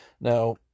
Now